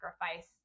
sacrifice